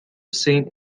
saint